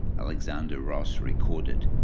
alexander ross recorded,